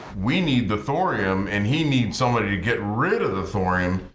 we need the thorium, and he needs someone to get rid of the thorium.